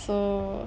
so